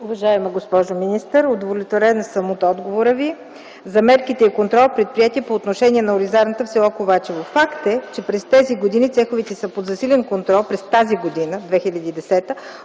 Уважаема госпожо министър, удовлетворена съм от отговора Ви за мерките и контрола, предприети по отношение на оризарната в с. Ковачево. Факт е, че през тази година цеховете са под засилен контрол от страна на